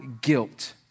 guilt